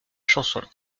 chanson